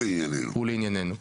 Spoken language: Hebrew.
ולענייננו,